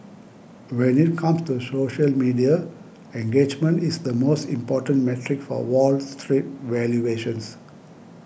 when it comes to social media engagement is the most important metric for Wall Street valuations